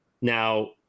now